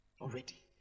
already